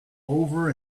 over